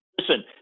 Listen